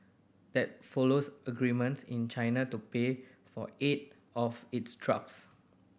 that follows agreements in China to pay for eight of its drugs